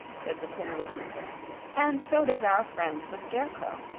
said the tin woodman and so does our friend the scarecrow.